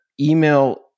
email